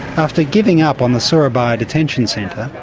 after giving up on the surabaya detention centre,